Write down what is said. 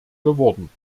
geworden